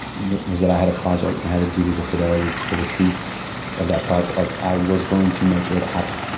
was that i had a project. i had a duty to fidelity, to the truth of that project. like, i was going to make it happen.